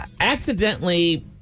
accidentally